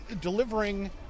delivering